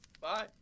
Bye